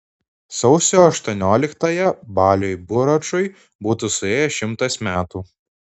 sausio aštuonioliktąją baliui buračui būtų suėję šimtas metų